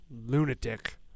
lunatic